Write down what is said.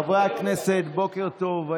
חברי הכנסת, בוקר טוב.